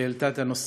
שהעלתה את הנושא.